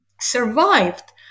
survived